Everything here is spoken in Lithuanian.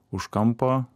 už kampo